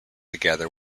together